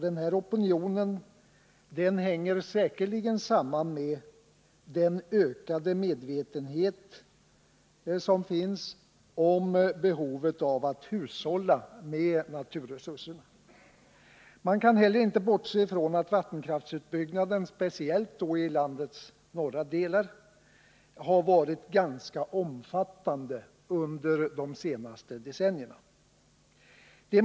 Denna opinion hänger säkerligen samman med en ökad medvetenhet om behovet av att hushålla med naturresurserna. Man kan heller inte bortse ifrån att den vattenkraftsutbyggnaden speciellt i landets norra delar har varit ganska omfattande under de senaste decennierna.